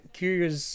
curious